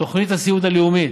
נכות, תוכנית הסיעוד הלאומית,